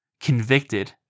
convicted